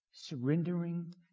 Surrendering